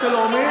השירות הלאומי,